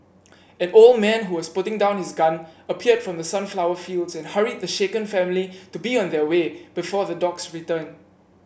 an old man who was putting down his gun appeared from the sunflower fields and hurried the shaken family to be on their way before the dogs return